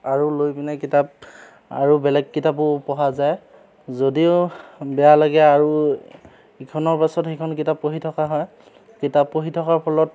আৰু লৈ পিনে কিতাপ আৰু বেলেগ কিতাপো পঢ়া যায় যদিও বেয়া লাগে আৰু ইখনৰ পাছত সিখন কিতাপ পঢ়ি থকা হয় কিতাপ পঢ়ি থকাৰ ফলত